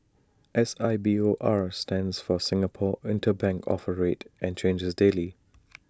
S I B O R stands for Singapore interbank offer rate and changes daily